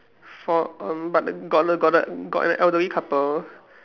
for um but the got the got the got the elderly couple